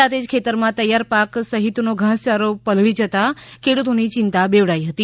સાથે જ ખેતરમાં તૈયાર પાક સહિતનો ધાસચારો પલળી જતાં ખેડૂતોની ચિંતા બેવડાઈ હતી